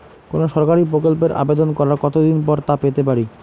কোনো সরকারি প্রকল্পের আবেদন করার কত দিন পর তা পেতে পারি?